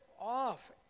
off